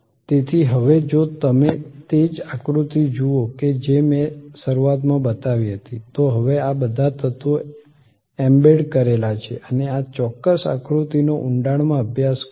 તેથી હવે જો તમે તે જ આકૃતિ જુઓ કે જે મેં શરૂઆતમાં બતાવી હતી તો હવે આ બધા તત્વો એમ્બેડ કરેલા છે અને આ ચોક્કસ આકૃતિનો ઊંડાણમાં અભ્યાસ કરો